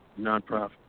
nonprofit